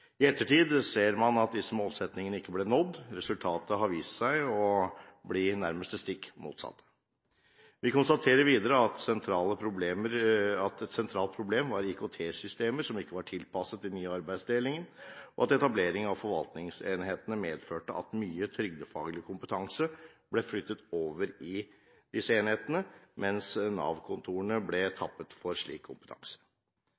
I ettertid ser man at disse målsettingene ikke ble nådd. Resultatet har nærmest vist seg å bli det stikk motsatte. Vi konstaterer videre at et sentralt problem var at IKT-systemene ikke var tilpasset den nye arbeidsdelingen, og at etablering av forvaltningsenhetene medførte at mye trygdefaglig kompetanse ble flyttet over i disse enhetene, mens Nav-kontorene ble